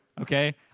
Okay